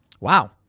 Wow